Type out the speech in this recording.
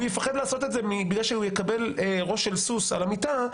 הוא יפחד לעשות את זה בגלל שהוא יקבל ראש של סוס על המיטה,